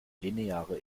lineare